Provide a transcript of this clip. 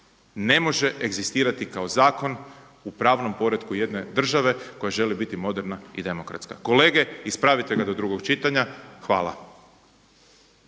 ne može egzistirati kao zakon u pravnom poretku jedne države koja želi biti moderna i demokratska. Kolege, ispravite ga do drugog čitanja. Hvala.